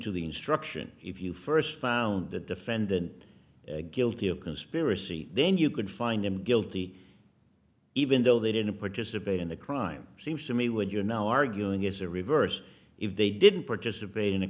to the instruction if you first found it defended guilty of conspiracy then you could find him guilty even though they didn't participate in the crime seems to me would you are now arguing it's the reverse if they didn't participate in a